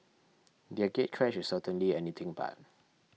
their gatecrash is certainly anything but